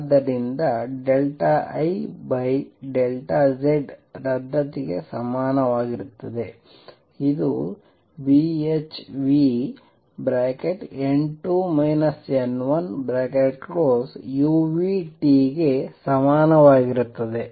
ಆದ್ದರಿಂದ IZ ರದ್ದತಿಗೆ ಸಮಾನವಾಗಿರುತ್ತದೆ ಇದು Bhνn2 n1uTಗೆ ಸಮಾನವಾಗಿರುತ್ತದೆ